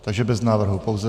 Takže bez návrhu, pouze...